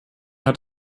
hat